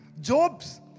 Job's